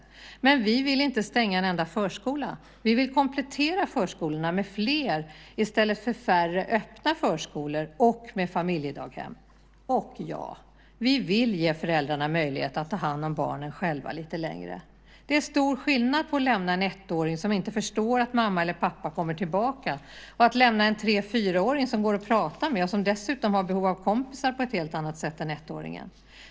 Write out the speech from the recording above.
Men vi vill inte stänga en enda förskola. Vi vill i stället komplettera förskolorna med fler, inte färre, öppna förskolor - och med familjedaghem. Och ja, vi vill ge föräldrarna möjlighet att själva ta hand om barnen lite längre. Det är stor skillnad på att lämna en ettåring, som inte förstår att mamma eller pappa kommer tillbaka, och att lämna en tre-fyraåring som det går att prata med och som dessutom har behov av kompisar på ett helt annat sätt än ettåringen.